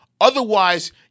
Otherwise